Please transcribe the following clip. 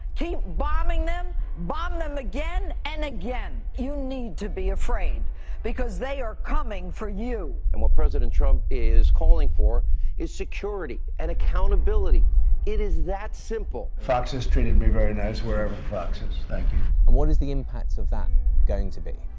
keep bombing them, bomb them again and again. you need to be afraid because they are coming for you. and what president trump is calling for is security and accountability it is that simple. fox has treated me very nice wherever fox is thank you and what is the impact of that going to be?